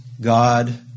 God